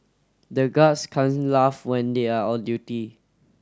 the guards can't laugh when they are on duty